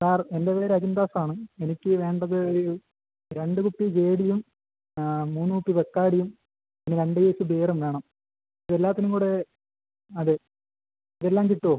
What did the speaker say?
sir എൻ്റെ പേര് അരുൺ ദാസാണ് എനിക്ക് വേണ്ടത് ഒരു രണ്ട് കുപ്പി ജേ ഡിയും മൂന്ന് കുപ്പി ബെക്കാഡിയും രണ്ട് കേസ്സ് ബിയറും വേണം എല്ലാത്തിനും കൂടെ അതെ എല്ലാം കിട്ടുമോ